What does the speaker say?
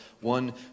one